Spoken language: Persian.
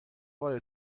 بار